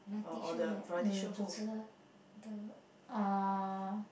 variety show at um the uh